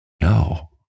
No